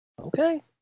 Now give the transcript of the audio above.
Okay